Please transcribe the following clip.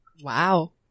Wow